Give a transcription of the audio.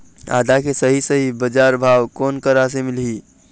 आदा के सही सही बजार भाव कोन करा से मिलही?